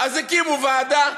אז הקימו ועדה.